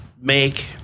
make